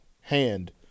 hand